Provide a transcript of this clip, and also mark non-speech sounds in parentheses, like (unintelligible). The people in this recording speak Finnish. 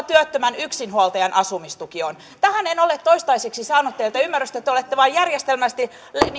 (unintelligible) työttömän yksinhuoltajan asumistuki tähän en ole toistaiseksi saanut teiltä ymmärrystä te te olette vain järjestelmällisesti